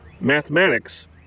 mathematics